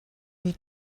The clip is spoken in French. lui